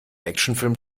actionfilm